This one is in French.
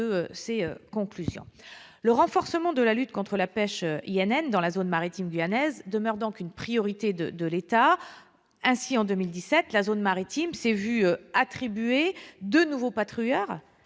ces conclusions. Le renforcement de la lutte contre la pêche INN dans la zone maritime guyanaise demeure une priorité pour l'État. Ainsi, en 2017, la zone maritime s'est vu attribuer deux nouveaux patrouilleurs,